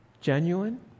genuine